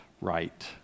right